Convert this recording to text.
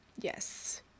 Yes